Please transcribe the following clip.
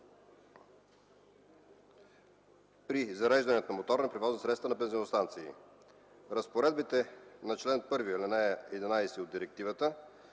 при зареждането на моторни превозни средства на бензиностанции. Разпоредбите на чл. 1, ал. 11 от Директива